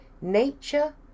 nature